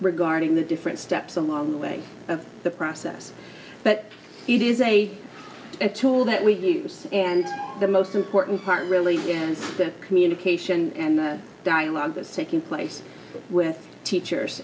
regarding the different steps along the way of the process but it is a tool that we use and the most important part really and that communication and the dialogue that's taking place with teachers